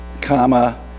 comma